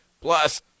Plus